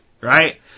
right